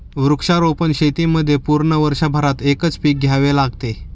वृक्षारोपण शेतीमध्ये पूर्ण वर्षभर एकच पीक घ्यावे लागते